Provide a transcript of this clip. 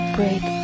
Break